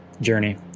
journey